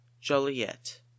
Joliet